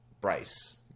Bryce